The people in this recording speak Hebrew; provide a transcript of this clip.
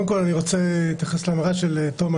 אני אענה לך על דבריך אבל קודם אני רוצה להתייחס לדבריו של תומר.